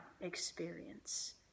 experience